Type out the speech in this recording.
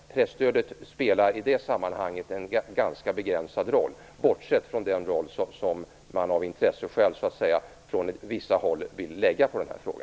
Presstödet spelar i det sammanhanget en ganska begränsad roll, bortsett från den roll som man av intresseskäl från vissa håll vill ge denna fråga.